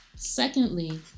Secondly